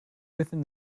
within